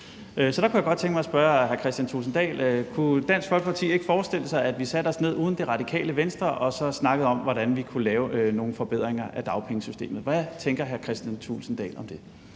Så der kunne jeg godt tænke mig at spørge hr. Kristian Thulesen Dahl: Kunne Dansk Folkeparti ikke forestille sig, at vi satte os ned uden Radikale Venstre og så snakkede om, hvordan vi kunne lave nogle forbedringer af dagpengesystemet? Hvad tænker hr. Kristian Thulesen Dahl om det?